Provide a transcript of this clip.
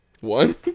One